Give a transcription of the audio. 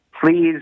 please